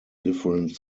different